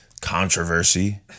controversy